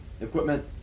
equipment